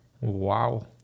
Wow